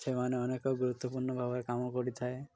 ସେମାନେ ଅନେକ ଗୁରୁତ୍ୱପୂର୍ଣ୍ଣ ଭାବରେ କାମ କରିଥାଏ